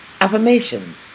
Affirmations